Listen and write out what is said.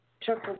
took